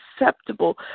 acceptable